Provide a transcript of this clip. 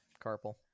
carpal